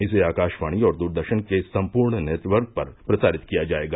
इसे आकाशवाणी और दूरदर्शन के संपूर्ण नेटवर्क पर प्रसारित किया जाएगा